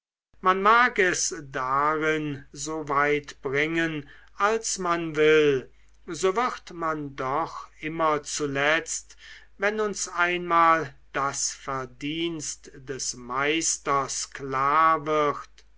man mag es darin so weit bringen als man will so wird man doch immer zuletzt wenn uns einmal das verdienst des meisters klar